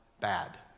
bad